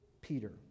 Peter